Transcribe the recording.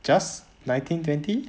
just nineteen twenty